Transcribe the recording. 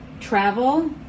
travel